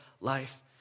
life